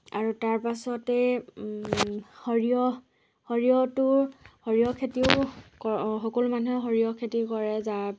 আৰু তাৰ পাছতেই সৰিয়হ সৰিয়হটোৰ সৰিয়হ খেতিও সকলো মানুহে সৰিয়হ খেতি কৰে যাৰ